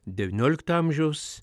devyniolikto amžiaus